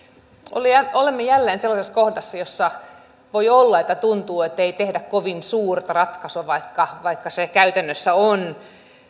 olemme jälleen sellaisessa kohdassa jossa voi olla että tuntuu että ei tehdä kovin suurta ratkaisua vaikka vaikka se käytännössä on